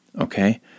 Okay